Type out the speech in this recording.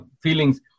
feelings